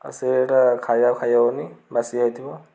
ଆଉ ସେଇଟା ଖାଇବା ଖାଇ ହେବନି ବାସି ଯାଇଥିବ